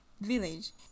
village